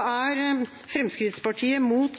er Fremskrittspartiet mot